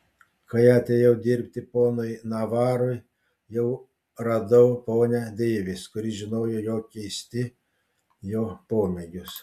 kai atėjau dirbti ponui navarui jau radau ponią deivis kuri žinojo jo keisti jo pomėgius